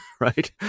right